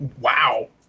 Wow